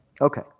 Okay